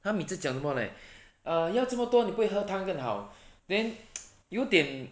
他每次讲什么 leh err 要这么多你不会喝汤更好 then 有点